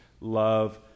love